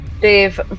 Dave